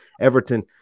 Everton